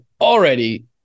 already